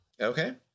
Okay